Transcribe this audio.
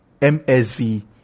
MSV